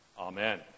Amen